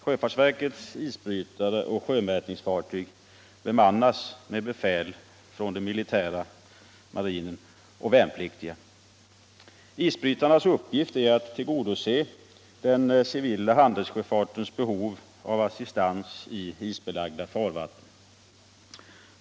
Sjöfartsverkets isbrytare och sjömätningsfartyg bemannas med befäl från det militära — marinen — och med värnpliktiga. Isbrytarnas uppgift är att tillgodose den civila handelssjöfartens behov av assistans i isbelagda farvatten.